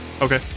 Okay